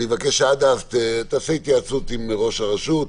אני מבקש שעד אז תעשה התייעצות עם ראש הרשות,